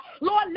Lord